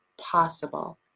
possible